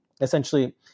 essentially